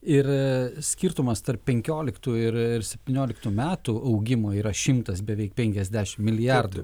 ir skirtumas tarp penkioliktų ir ir septynioliktų metų augimo yra šimtas beveik penkiasdešimt milijardų